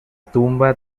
tumba